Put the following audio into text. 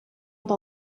per